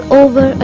over